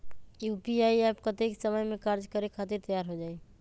UPI app कतेइक समय मे कार्य करे खातीर तैयार हो जाई?